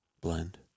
blend